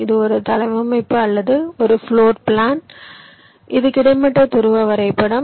இது ஒரு தளவமைப்பு அல்லது ஒரு பிளோர் பிளான் இது கிடைமட்ட துருவ வரைபடம்